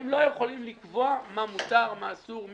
הם לא יכולים לקבוע מה מותר ומה אסור,